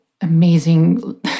amazing